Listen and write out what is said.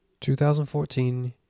2014